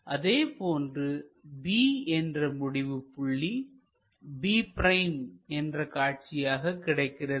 அதேபோன்று B என்ற முடிவுப் புள்ளி b' என்ற காட்சியாக கிடைக்கிறது